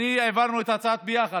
העברנו את הצעת החוק יחד.